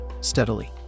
steadily